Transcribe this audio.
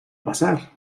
pasar